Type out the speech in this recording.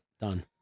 Done